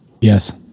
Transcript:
Yes